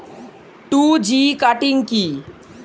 Two G cutting কি?